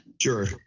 Sure